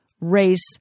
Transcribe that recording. race